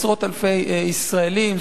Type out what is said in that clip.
עשרות אלפי ישראלים,